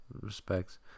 respects